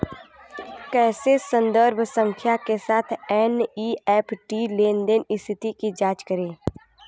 कैसे संदर्भ संख्या के साथ एन.ई.एफ.टी लेनदेन स्थिति की जांच करें?